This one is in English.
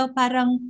parang